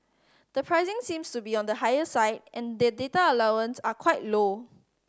the pricing seems to be on the higher side and day data allowance are quite low